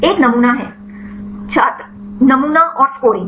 एक नमूना है छात्र नमूना और स्कोरिंग